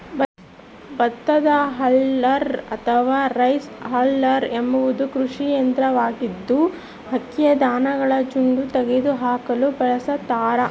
ಭತ್ತದ ಹಲ್ಲರ್ ಅಥವಾ rice husker ಎಂಬುದು ಕೃಷಿ ಯಂತ್ರವಾಗಿದ್ದು, ಅಕ್ಕಿಯ ಧಾನ್ಯಗಳ ಜೊಂಡು ತೆಗೆದುಹಾಕಲು ಬಳಸತಾರ